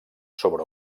sobre